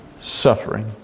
suffering